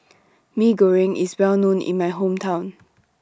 Mee Goreng IS Well known in My Hometown